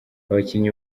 abakinnyi